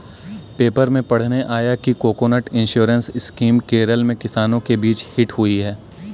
paper में पढ़ने आया कि कोकोनट इंश्योरेंस स्कीम केरल में किसानों के बीच हिट हुई है